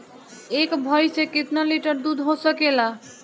एक भइस से कितना लिटर दूध हो सकेला?